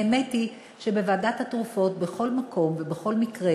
האמת היא שבוועדת התרופות, בכל מקום ובכל מקרה